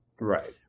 Right